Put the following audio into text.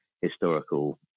historical